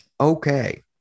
Okay